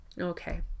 Okay